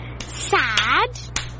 sad